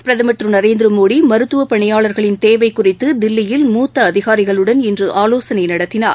பிரதமர் திரு நரேந்திர மோடி மருத்துவப் பணியாளர்களின் தேவை குறித்து தில்லியில் மூத்த அதிகாரிகளுடன் இன்று ஆலோசனை நடத்தினார்